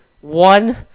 one